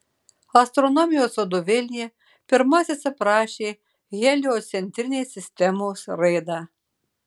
astronomijos vadovėlyje pirmasis aprašė heliocentrinės sistemos raidą